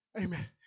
Amen